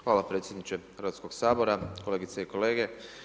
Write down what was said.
Hvala predsjedniče Hrvatskog sabora, kolegice i kolege.